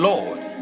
Lord